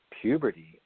puberty